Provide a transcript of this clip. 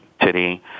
today